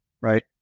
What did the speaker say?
right